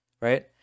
right